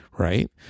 Right